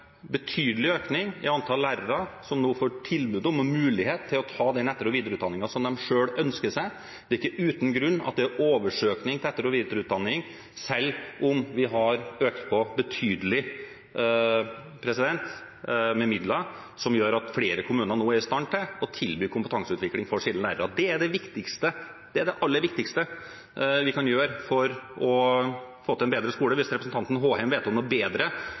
betydelig økning i antall lærere som nå får tilbud om og mulighet til å ta den etter- og videreutdanningen de selv ønsker seg. Det er ikke uten grunn at det er oversøkning til etter- og videreutdanning, selv om vi har økt på betydelig med midler som gjør at flere kommuner nå er i stand til å tilby kompetanseutvikling for sine lærere. Det er det aller viktigste vi kan gjøre for å få til en bedre skole. Hvis representanten Håheim vet om noe bedre